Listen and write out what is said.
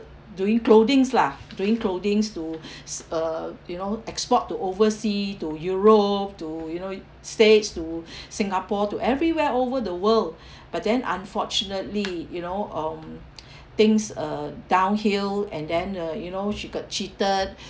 doing clothings lah doing clothings to s~ uh you know export to oversea to europe to you know states to singapore to everywhere over the world but then unfortunately you know um things uh downhill and then uh you know she got cheated